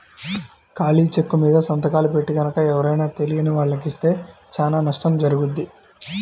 ఖాళీ చెక్కుమీద సంతకాలు పెట్టి గనక ఎవరైనా తెలియని వాళ్లకి ఇస్తే చానా నష్టం జరుగుద్ది